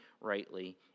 rightly